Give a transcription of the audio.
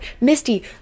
Misty